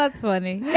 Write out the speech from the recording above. um swimming